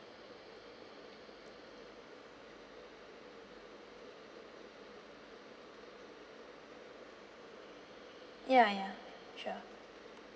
ya ya sure